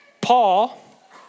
Paul